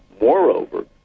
Moreover